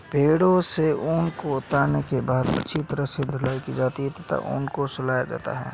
भेड़ों से ऊन को उतारने के बाद अच्छी तरह से धुलाई की जाती है तथा ऊन को सुलझाया जाता है